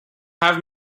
have